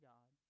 God